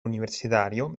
universitario